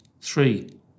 Three